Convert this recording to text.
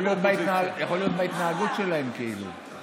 יכול להיות בהתנהגות שלהם, כאילו.